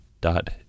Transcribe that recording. dot